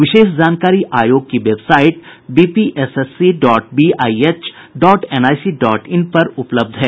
विशेष जानकारी आयोग की website BPSSC dot BIH dot NIC dot in पर उपलब्ध है